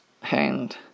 hand